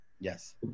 Yes